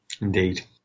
Indeed